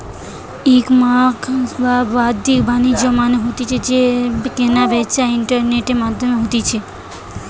ecommerce বা বাদ্দিক বাণিজ্য মানে হতিছে যেই কেনা বেচা ইন্টারনেটের মাধ্যমে হতিছে